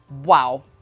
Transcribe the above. Wow